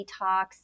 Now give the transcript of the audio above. detox